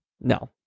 No